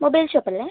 mobile shop അല്ലെ